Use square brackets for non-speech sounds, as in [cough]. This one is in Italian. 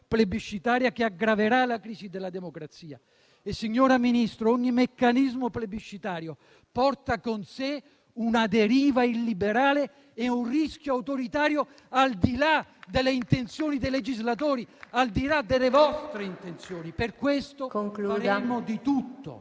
plebiscitaria, che aggraverà la crisi della democrazia. Signora Ministra, ogni meccanismo plebiscitario porta con sé una deriva illiberale e un rischio autoritario, al di là delle intenzioni dei legislatori, al di là delle vostre intenzioni. [applause] Per questo faremo di tutto,